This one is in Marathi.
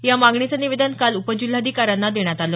या मागणीचं निवेदन काल उपजिल्हाधिकाऱ्यांना देण्यात आलं